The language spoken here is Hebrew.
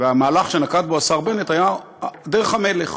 והמהלך שנקט השר בנט היה דרך המלך,